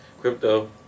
Crypto